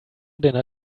dinner